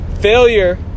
Failure